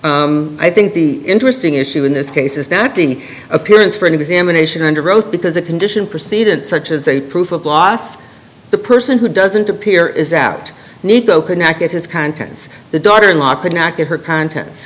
i think the interesting issue in this case is not the appearance for an examination under oath because a condition precedent such as a proof of loss the person who doesn't appear is out neato could not get his contents the daughter in law could not get her contents